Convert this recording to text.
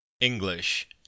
English